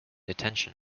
attention